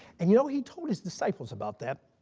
and you know he told his disciples about that.